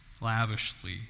lavishly